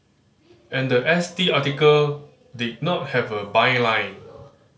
and the S T article did not have a byline